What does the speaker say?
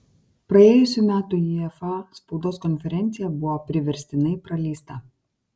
praėjusių metų ifa spaudos konferencija buvo priverstinai praleista